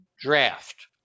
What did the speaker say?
draft